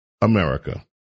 America